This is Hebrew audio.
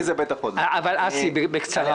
בקצרה,